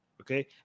okay